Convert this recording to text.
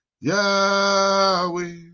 Yahweh